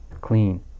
clean